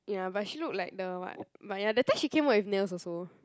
ya but she look like the what but ya that time she came work with nails also